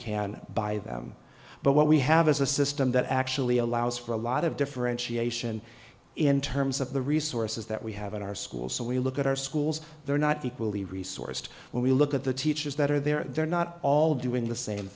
can by them but what we have is a system that actually allows for a lot of differentiation in terms of the resources that we have in our schools so we look at our schools they're not equally resourced when we look at the teachers that are there they're not all doing the same